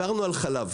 דיברנו על חלב.